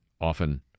often